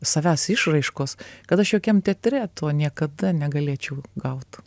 savęs išraiškos kad aš jokiam teatre to niekada negalėčiau gaut